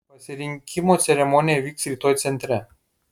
pasirinkimo ceremonija vyks rytoj centre